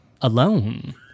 alone